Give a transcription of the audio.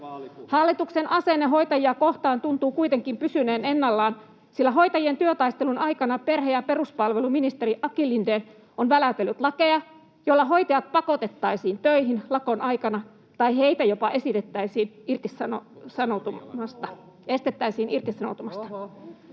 Hallituksen asenne hoitajia kohtaan tuntuu kuitenkin pysyneen ennallaan, sillä hoitajien työtaistelun aikana perhe- ja peruspalveluministeri Aki Lindén on väläytellyt lakeja, joilla hoitajat pakotettaisiin töihin lakon aikana tai heitä jopa estettäisiin irtisanoutumasta.